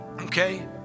Okay